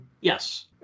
Yes